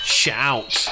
shout